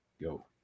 go